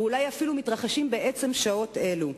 ואולי אפילו מתרחשים בעצם השעות האלה?